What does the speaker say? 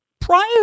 Prior